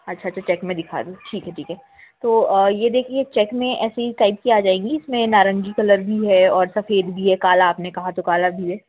अच्छा अच्छा चेक में दिखा दूँ ठीक है ठीक है तो यह देखिए चेक में ऐसी टाइप की आ जाएँगी जिसमें नारंगी कलर भी है और सफ़ेद भी है काला आपने कहा तो काला भी है